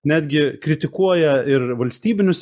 netgi kritikuoja ir valstybinius